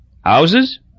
Houses